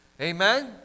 Amen